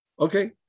okay